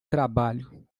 trabalho